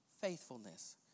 faithfulness